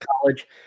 College